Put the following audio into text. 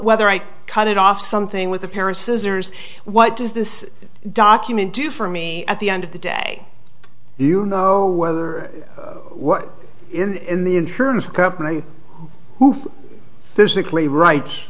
whether i cut it off something with a pair of scissors what does this document do for me at the end of the day you know whether we're in the insurance company who basically wri